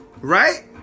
Right